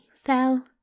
fell